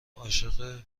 عاشق